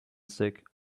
sick